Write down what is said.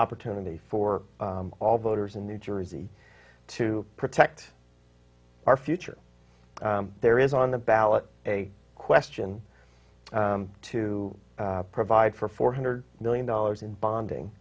opportunity for all voters in new jersey to protect our future there is on the ballot a question to provide for four hundred million dollars in bonding